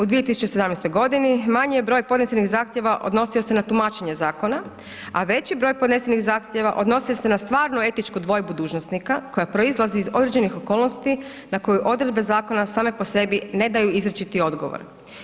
U 2017. godini manji je broj podnesenih zahtjeva odnosio se na tumačenje zakona, a veći broj podnesenih zahtjeva odnosio se na stvarnu etičku dvojbu dužnosnika koja proizlazi iz određenih okolnosti na koju odredbe zakona same po sebi ne daju izričiti odgovor.